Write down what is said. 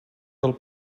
del